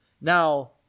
now